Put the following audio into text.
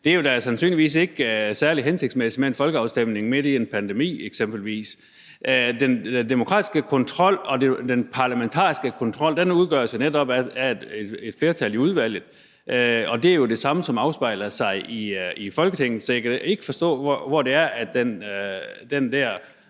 Det er sandsynligvis ikke særlig hensigtsmæssigt med en folkeafstemning midt i en pandemi. Den demokratiske kontrol og den parlamentariske kontrol sikres netop af et flertal i udvalget, og det er jo det samme, der gør sig gældende i Folketinget. Så jeg kan ikke forstå, hvor tanken om, at der er